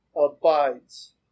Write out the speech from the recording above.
abides